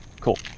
cool